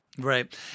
Right